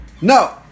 no